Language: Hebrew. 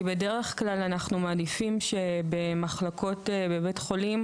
כי בדרך כלל אנחנו מעדיפים שבמחלקות בבתי חולים